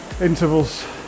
intervals